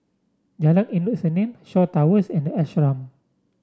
Jalan Endut Senin Shaw Towers and the Ashram